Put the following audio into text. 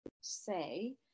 say